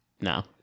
no